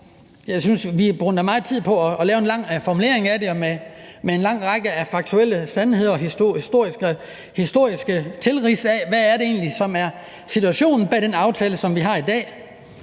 hvor vi brugte meget tid på at lave en lang formulering af det med en lang række faktuelle sandheder og historiske tilrids af, hvad det egentlig er, der er situationen bag den aftale, som vi har i dag.